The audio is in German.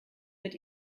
mit